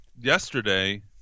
yesterday